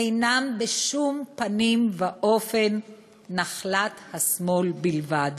אינן בשום פנים ואופן נחלת השמאל בלבד.